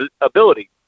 ability